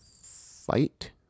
fight